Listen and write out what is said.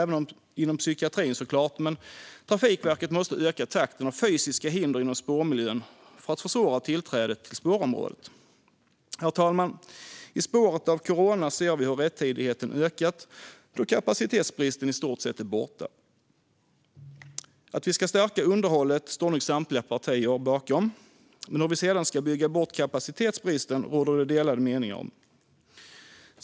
Det måste såklart ske även inom psykiatrin, men Trafikverket måste också öka takten i anläggningen av fysiska hinder inom spårmiljön för att försvåra tillträdet till spårområdet. Herr talman! I spåret av corona ser vi hur rättidigheten ökat, då kapacitetsbristen i stort sett är borta. Att vi ska stärka underhållet står nog samtliga partier bakom, men hur vi sedan ska bygga bort kapacitetsbristen råder det delade meningar om.